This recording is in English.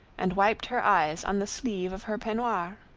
and wiped her eyes on the sleeve of her peignoir.